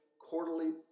quarterly